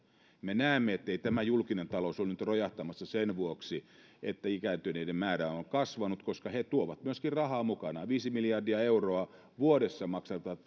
me näemme että ei tämä julkinen talous ole nyt rojahtamassa sen vuoksi että ikääntyneiden määrä on kasvanut koska he tuovat myöskin rahaa mukanaan viisi miljardia euroa vuodessa maksavat